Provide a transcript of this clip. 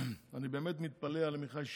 אני באמת מתפלא על עמיחי שיקלי.